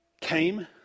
came